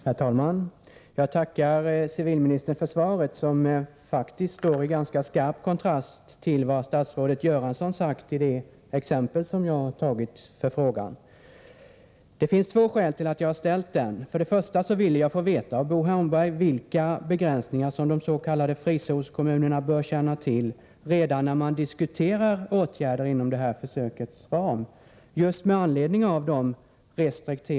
Herr talman! Jag tackar civilministern för svaret som faktiskt står i ganska skarp kontrast till vad statsrådet Göransson sagt i frågan. Det finns två skäl till att jag ställt frågan. Först och främst vill jag, just med anledning av de restriktiva uttalanden som gjorts, få veta av Bo Holmberg vilka begränsningar som de s.k. frizonskommunerna bör känna till redan när man där diskuterar åtgärder inom försökets ram.